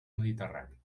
mediterrani